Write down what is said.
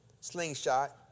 slingshot